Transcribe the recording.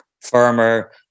firmer